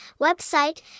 website